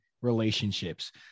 relationships